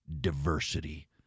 diversity